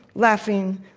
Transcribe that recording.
laughing,